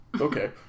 Okay